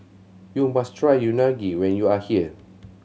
you must try Unagi when you are here